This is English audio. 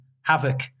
havoc